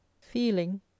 feeling